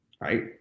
Right